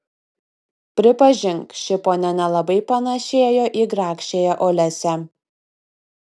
pripažink ši ponia nelabai panėšėjo į grakščiąją olesią